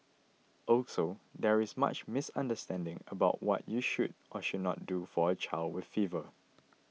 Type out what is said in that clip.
also there is much misunderstanding about what you should or should not do for a child with fever